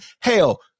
hell